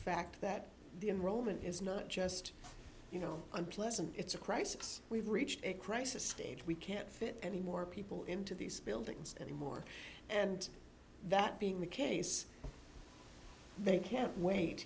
fact that the enrollment is not just you know unpleasant it's a crisis we've reached a crisis stage we can't fit any more people into these buildings anymore and that being the case they can't wait